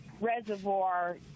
reservoir